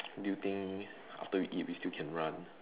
do you think after we eat we still can run